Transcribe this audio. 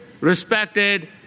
respected